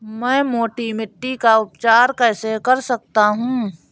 मैं मोटी मिट्टी का उपचार कैसे कर सकता हूँ?